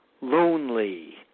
lonely